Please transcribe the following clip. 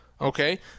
okay